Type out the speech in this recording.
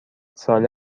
ساله